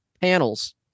panels